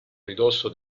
ridosso